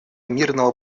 мирного